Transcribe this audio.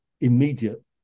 immediate